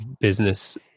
business